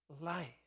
life